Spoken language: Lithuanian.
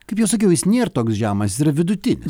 kaip jau sakiau jis nėr toks žemas jis yra vidutinis